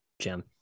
Jim